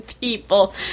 people